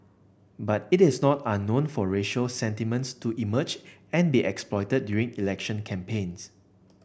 but it is not unknown for racial sentiments to emerge and be exploited during election campaigns